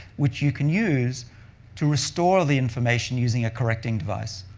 which you can use to restore the information using a correcting device.